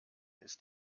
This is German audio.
ist